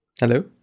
Hello